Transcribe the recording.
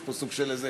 יש פה סוג של איזה